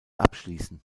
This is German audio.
abschließen